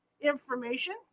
information